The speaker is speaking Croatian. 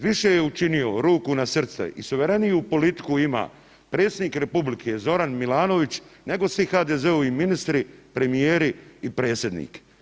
Više je učinio, ruku na srce, i suvereniju politiku ima predsjednik republike Zoran Milanović nego svi HDZ-ovi ministri, premijeri i predsjednik.